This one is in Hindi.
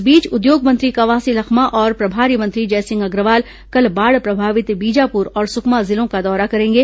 इस बीच उद्योग मंत्री कवासी लखमा और प्रभारी मंत्री जयसिंह अग्रवाल कल बाढ़ प्रभावित बीजापुर और सुकमा जिलों का दौरा करेंगे